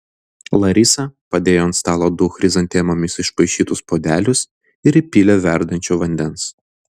larisa padėjo ant stalo du chrizantemomis išpaišytus puodelius ir įpylė verdančio vandens